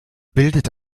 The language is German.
bildet